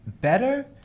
better